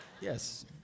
Yes